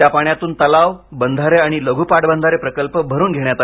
त्या पाण्यातून तलाव बंधारे आणि लघु पाटबंधारे प्रकल्प भरून घेण्यात आले